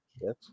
Yes